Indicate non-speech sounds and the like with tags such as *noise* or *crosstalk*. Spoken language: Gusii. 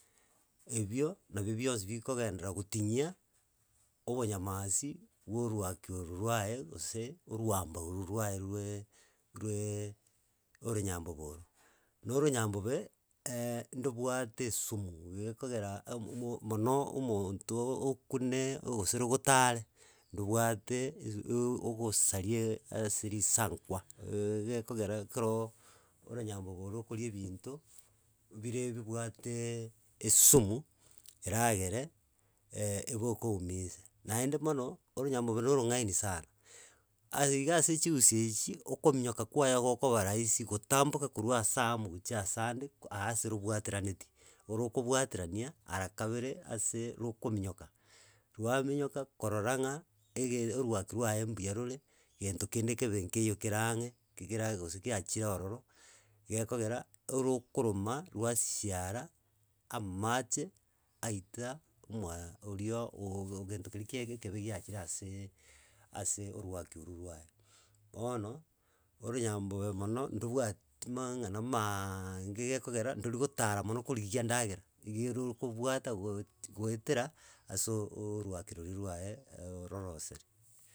Ebio nabi bionsi bikogenderera gotinyia obonyamasi, bwa orwaki oro rwaye gose orwambobe rwaye rweeee rweeeee oronyambobe oro. Na oronyambobe, *hesitation* ndobwate esumu gekogera aum mu mono omonto okune gose rogotare, ndobwate *hesitation* ogosaria ase risankwa, *hesitation* gekorera kero oronyambobe oro rokori ebinto, bire bibwate esumu eragere *hesitation* egokoumize, naende mono oronyambobe na orong'aini sana. Aaa iga ase echiusu echi, okominyoka kwaye gokoba raisi gotamboka korwa asa amo gochia asa ande aa ase robwataraneti orokobwaterania ara kabere ase rokominyoka, rwaminyoka korora ng'a ege orwaki rwaye mbuya rore, gento kende kebe nkeiyo kere ang'e ki kegerage gose kiachire ororo, iga ekogera orokoroma rwasiara amache aita omwa oria ooog gento keria kiaiga kebe giachire aseeee ase orwaki oru rwaye. Bono, oronyambobe mono ndobwati mang'ana maaaaange gekogera ndorigotara mono korigia endagera, iga erokobwata goet goetera, ase ooorwaki rori rwaye *hesitation* ororoseri.